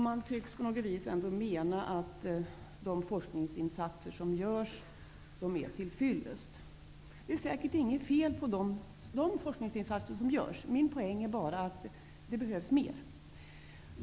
Man tycks mena att de forskningsinsatser som görs är till fyllest. Det är säkert inget fel på de forskningsinsatser som görs, men min poäng är att det behövs mer.